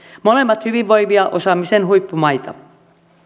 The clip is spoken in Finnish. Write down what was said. molemmat hyvinvoivia osaamisen huippumaita